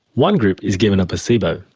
one group is given a placebo,